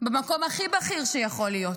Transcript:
במקום הכי בכיר שיכול להיות,